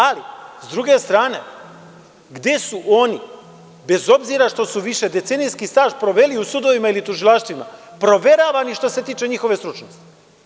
Ali, sa druge strane gde su oni, bez obzira što su više decenijski staž proveli u sudovima ili tužilaštvima, proveravani što se tiče njihove stručnosti?